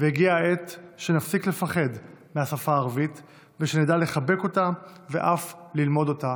והגיעה העת שנפסיק לפחד מהשפה הערבית ושנדע לחבק אותה ואף ללמוד אותה